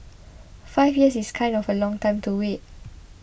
five years is kind of a long time to wait